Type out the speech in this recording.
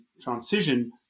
transition